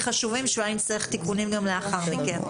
חשובים ואולי נצטרך לעשות תיקונים לאחר מכן.